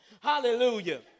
Hallelujah